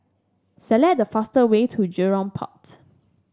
select the fastest way to Jurong Port